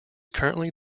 currently